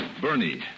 Bernie